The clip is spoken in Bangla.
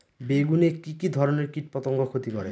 বেগুনে কি কী ধরনের কীটপতঙ্গ ক্ষতি করে?